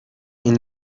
این